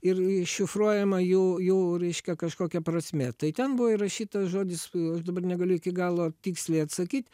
ir šifruojama jau jų reiškia kažkokia prasmė tai ten buvo įrašytas žodis aš dabar negaliu iki galo tiksliai atsakyt